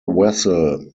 vessel